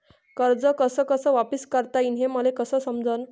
कर्ज कस कस वापिस करता येईन, हे मले कस समजनं?